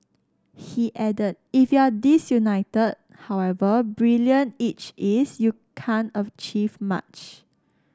he added if you're disunited however brilliant each is you can't achieve much